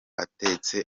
atetse